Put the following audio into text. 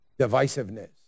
divisiveness